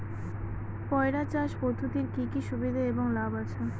পয়রা চাষ পদ্ধতির কি কি সুবিধা এবং লাভ আছে?